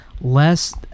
less